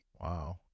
Wow